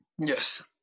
Yes